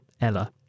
Ella